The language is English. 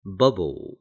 bubble